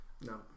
No